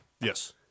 Yes